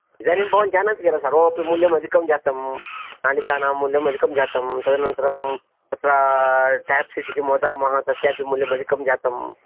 इदानीं भवान् जानाति किल सर्वमपि मूल्यमधिकं जातं नालिकानां मूल्यमधिकं जातं तदनन्तरं तत्र टेप्स् इति किं वदामः तस्यापि मूल्यमधिकं जातं